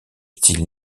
style